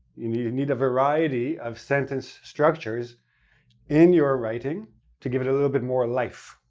you need and need a variety of sentence structures in your writing to give it a little bit more life.